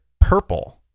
purple